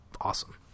awesome